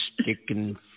sticking